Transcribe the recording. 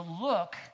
look